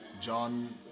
John